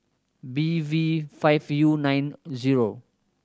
B V five U nine zero